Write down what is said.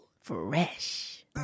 fresh